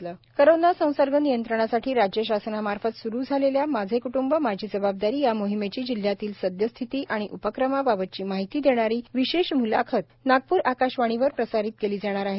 माझे क्ट्ंब माझी जबाबदारी कोरोना संसर्ग नियंत्रणासाठी राज्य शासनामार्फत सुरू झालेल्या माझे कुटुंब माझी जबाबदारी या मोहिमेची जिल्ह्यातील सद्यस्थिती आणि उपक्रमाबाबतची माहिती देणारी विशेष म्लाखत नागपूर आकाशवाणीवर प्रसारित केली जाणार आहे